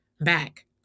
back